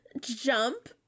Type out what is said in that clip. jump